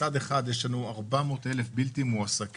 כי מצד אחד יש לנו 400,000 בלתי מועסקים